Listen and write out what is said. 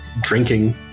drinking